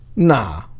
Nah